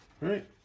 Right